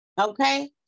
Okay